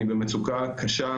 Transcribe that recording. אני במצוקה קשה,